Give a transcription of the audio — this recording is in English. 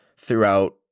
throughout